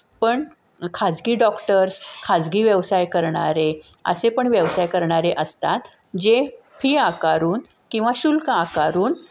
पण खाजगी डॉक्टर्स खाजगी व्यवसाय करणारे असे पण व्यवसाय करणारे असतात जे फी आकारून किंवा शुल्क आकारून